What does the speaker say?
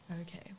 Okay